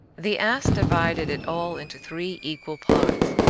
the ass divided it all into three equal parts,